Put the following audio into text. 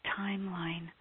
timeline